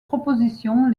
propositions